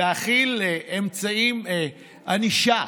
להחיל אמצעי ענישה